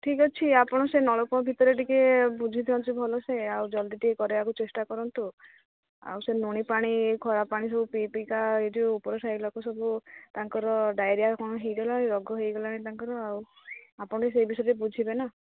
ଠିକ୍ ଅଛି ଆପଣ ସେ ନଳକୂପ ଭିତରେ ଟିକେ ବୁଝିଦିଅନ୍ତୁ ଭଲସେ ଆଉ ଜଲଦି ଟିକେ କରାଇବାକୁ ଚେଷ୍ଟା କରନ୍ତୁ ଆଉ ସେ ଲୁଣି ପାଣି ଖରାପ ପାଣିସବୁ ପିଇ ପିଇକା ଏଯେଉଁ ଉପର ସାହି ଲୋକ ସବୁ ତାଙ୍କର ଡାଇରିଆ କ'ଣ ହେଇଗଲାଣି ରୋଗ ହେଇଗଲାଣି ତାଙ୍କର ଆଉ ଆପଣ ଆଉ ସେଇ ବିଷୟରେ ବୁଝିବେନା